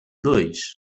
dois